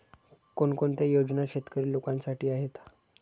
कोणकोणत्या योजना शेतकरी लोकांसाठी आहेत?